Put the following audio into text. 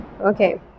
okay